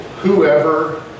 Whoever